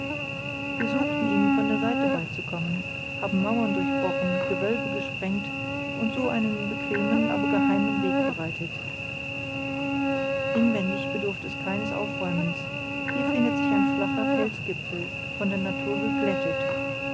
wir suchten ihm von der seite beizukommen haben mauern durchbrochen gewölbe gesprengt und so einen bequemen aber geheimen weg bereitet inwendig bedurft es keines aufräumens hier findet sich ein flacher felsgipfel von der natur geplättet